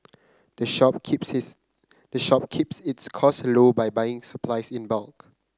the shop the shop keeps its costs low by buying its supplies in bulk